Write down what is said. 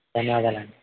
ధన్యవాదాలండి